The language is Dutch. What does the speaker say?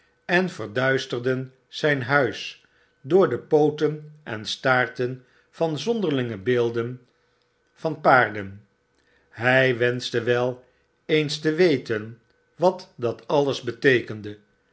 en verduisterden zgn huis door de popten en staarten van zonderlinge beelden van paarden hi wenschte wel eens te weten wat dat alles beteekende